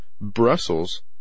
Brussels